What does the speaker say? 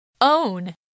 Own